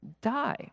die